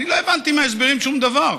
לא הבנתי מההסברים שום דבר.